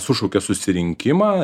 sušaukė susirinkimą